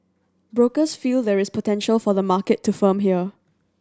brokers feel there is potential for the market to firm here